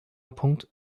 punkt